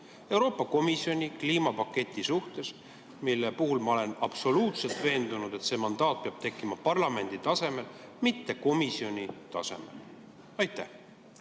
Euroopa Komisjoni kliimapaketi suhtes? Selle puhul ma olen absoluutselt veendunud, et see mandaat peab tekkima parlamendi tasemel, mitte komisjoni tasemel. Aitäh,